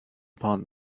upon